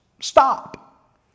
stop